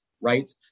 right